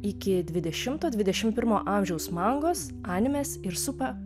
iki dvidešimto dvidešimt pirmo amžiaus mangos animes ir sup